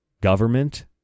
government